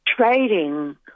Trading